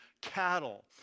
cattle